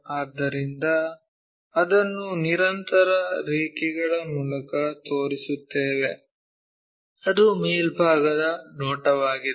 ಆದ್ದರಿಂದ ಅದನ್ನು ನಿರಂತರ ರೇಖೆಗಳ ಮೂಲಕ ತೋರಿಸುತ್ತೇವೆ ಅದು ಮೇಲ್ಭಾಗದ ನೋಟವಾಗಿದೆ